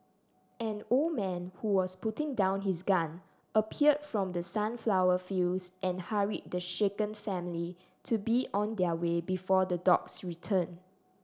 an old man who was putting down his gun appeared from the sunflower fields and hurried the shaken family to be on their way before the dogs return